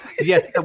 Yes